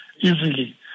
easily